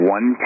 One